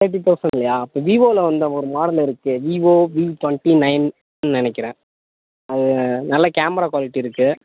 thirty தௌசண்ட்லையா இப்போ விவோவில வந்த ஒரு மாடல் இருக்கு விவோ வி டொண்ட்டி நைன்னு நினைக்குறன் அது நல்ல கேமரா குவாலிட்டி இருக்கு